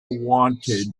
wanted